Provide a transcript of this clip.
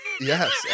Yes